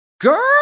Girl